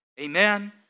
Amen